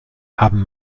haben